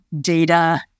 data